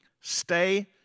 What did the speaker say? Stay